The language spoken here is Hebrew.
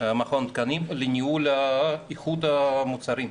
מכון התקנים לניהול איכות המוצרים.